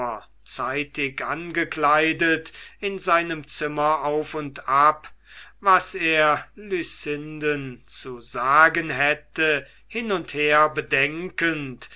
zeitig angekleidet in seinem zimmer auf und ab was er lucinden zu sagen hätte hin und her bedenkend